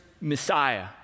Messiah